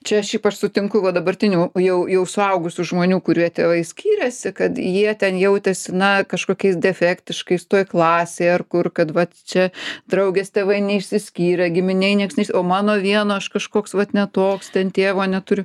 čia šiaip aš sutinku va dabartinių jau jau suaugusių žmonių kurie tėvai skyrėsi kad jie ten jautėsi na kažkokiais defektiškais toj klasėj ar kur kad vat čia draugės tėvai neišsiskyrę giminėj nieks o mano vieno aš kažkoks vat ne toks ten tėvo neturiu